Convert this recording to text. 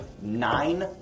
nine